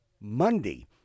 Monday